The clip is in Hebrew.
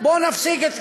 בואו נפסיק את,